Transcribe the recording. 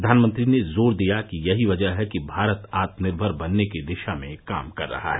प्रधानमंत्री ने जोर दिया कि यही वजह है कि भारत आत्मनिर्भर बनने की दिशा में काम कर रहा है